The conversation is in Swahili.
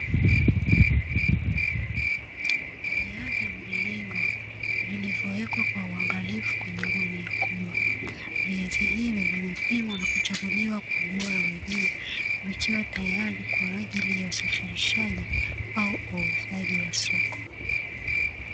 Viazi mviringo vilivyowekwa kwa uangalifu kwenye gunia kubwa. Viazi hivi vimepimwa na kuchaguliwa kwa ubora wa juu, vikiwa tayari kwa ajili ya usafirishaji au uuzaji wa soko.